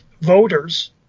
voters